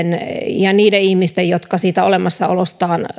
ja niiden ihmisten jotka siitä olemassaolostaan kuitenkin